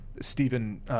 Stephen